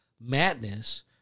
madness